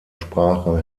sprache